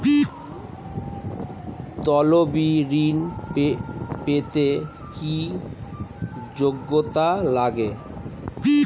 তলবি ঋন পেতে কি যোগ্যতা লাগে?